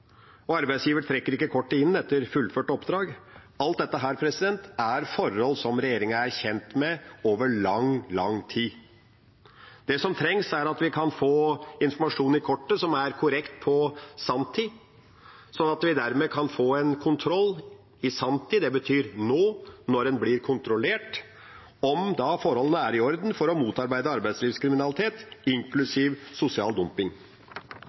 og arbeidsgiver trekker ikke kortet inn etter fullført oppdrag. Alt dette er forhold som regjeringa har vært kjent med over lang, lang tid. Det som trengs, er at vi kan få informasjon i kortet som er korrekt i sanntid, sånn at vi dermed kan få en kontroll i sanntid – det betyr nå – når en blir kontrollert om forholdet er i orden, for å motarbeide arbeidslivskriminalitet, inklusiv sosial dumping.